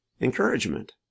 encouragement